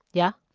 yeah?